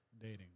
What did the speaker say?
dating